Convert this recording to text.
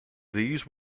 these